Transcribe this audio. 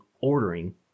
ordering